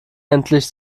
endlich